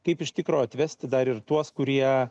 kaip iš tikro atvesti dar ir tuos kurie